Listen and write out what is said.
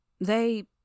They